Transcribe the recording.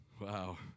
Wow